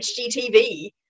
hgtv